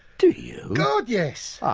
do you? god yes.